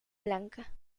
blanca